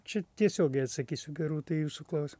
čia tiesiogiai atsakysiu gerūta į jūsų klausimą